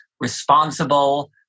responsible